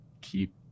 keep